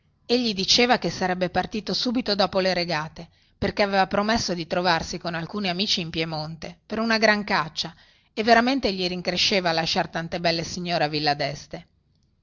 dironia egli diceva che sarebbe partito subito dopo le regate perchè aveva promesso di trovarsi con alcuni amici in piemonte per una gran caccia e veramente gli rincresceva lasciare tante belle signore a villa deste